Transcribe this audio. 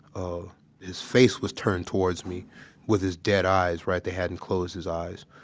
ah his face was turned towards me with his dead eyes, right? they hadn't closed his eyes.